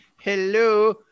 Hello